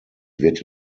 wird